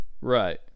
Right